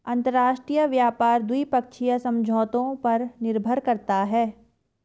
अंतरराष्ट्रीय व्यापार द्विपक्षीय समझौतों पर निर्भर करता है